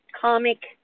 comic